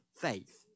faith